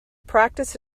practiced